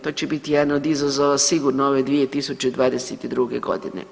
To će biti jedan od izazova sigurno ove 2022. godine.